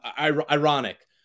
ironic